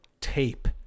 tape